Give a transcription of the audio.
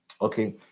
okay